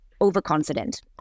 overconfident